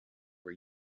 were